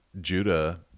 Judah